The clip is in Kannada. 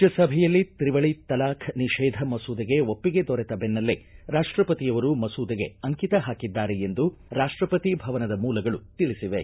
ರಾಜ್ಯಸಭೆಯಲ್ಲಿ ತ್ರಿವಳಿ ತಲಾಖ್ ನಿಷೇಧ ಮಸೂದೆಗೆ ಒಪ್ಪಿಗೆ ದೊರೆತ ಬೆನ್ನಲ್ಲೇ ರಾಷ್ಟಪತಿಯವರು ಮಸೂದೆಗೆ ಅಂಕಿತ ಹಾಕಿದ್ದಾರೆ ಎಂದು ರಾಷ್ಟಪತಿ ಭವನದ ಮೂಲಗಳು ತಿಳಿಸಿವೆ